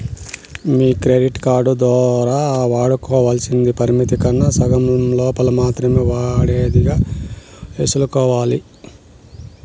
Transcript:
మీ credit card దోరా వాడుకోవల్సింది పరిమితి కన్నా సగం లోపల మాత్రమే ఉండేదిగా సూసుకోవాల్ల